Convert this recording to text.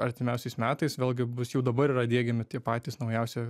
artimiausiais metais vėlgi bus jau dabar yra diegiami tie patys naujausi